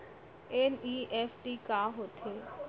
NEFT का होथे?